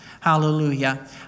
hallelujah